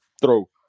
throw